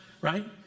right